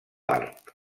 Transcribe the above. art